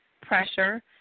pressure